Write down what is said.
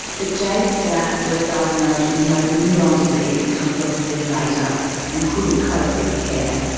but jade's dad was diagnosed with motor neurone disease a couple of years later and couldn't cope with the care.